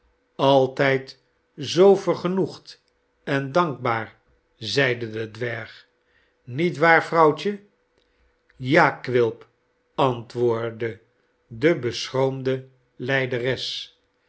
altijd zoo vergenoegd en dankbaar zeide de dwerg niet waar vrouwtje ja quilp antwoordde de beschroomde lijderes